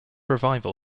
revival